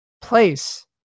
place